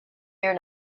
here